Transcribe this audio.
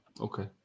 Okay